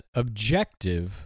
objective